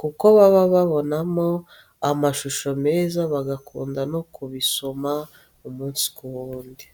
kuko baba babonamo amashusho meza, bagakunda no kubisoma umunsi ku wundi.